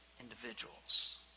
individuals